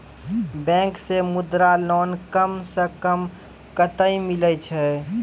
Bank से Mudra loan कम सऽ कम कतैय मिलैय छै?